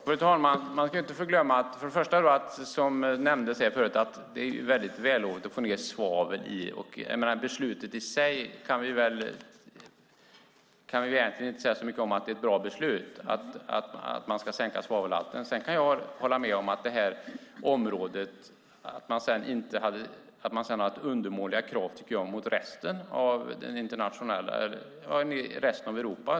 Fru talman! Man ska inte glömma, som nämndes här förut, att det är vällovligt att minska svavelhalten. Beslutet i sig kan vi inte säga så mycket om. Det är ett bra beslut att man ska sänka svavelhalterna. Sedan kan jag hålla med om att man sedan har haft undermåliga krav mot resten av Europa.